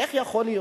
איך יכול להיות,